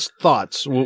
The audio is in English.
thoughts